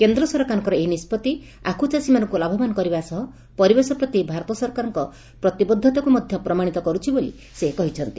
କେନ୍ଦ ସରକାରଙ୍କର ଏହି ନିଷ୍ବତି ଆଖୁ ଚାଷୀମାନଙ୍କୁ ଲାଭବାନ୍ କରିବା ସହ ପରିବେଶ ପ୍ରତି ଭାରତ ସରକାରଙ୍କ ପ୍ରତିବଦ୍ଧତାକୁ ମଧ୍ୟ ପ୍ରମାଶିତ କରୁଛି ବୋଲି ସେ କହିଛନ୍ତି